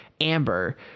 Amber